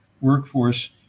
workforce